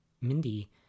Mindy